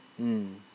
mm